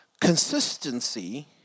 Consistency